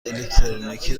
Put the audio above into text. الکترونیکی